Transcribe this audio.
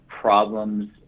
problems